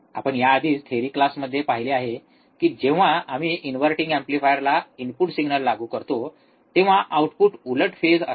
आपण या आधीच थेरी क्लासमध्ये पाहिले आहे की जेव्हा आम्ही इनव्हर्टिंग एम्पलीफायरला इनपुट सिग्नल लागू करतो तेव्हा आउटपुट उलट फेजमध्ये असेल